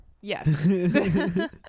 Yes